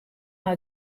nei